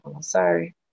Sorry